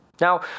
Now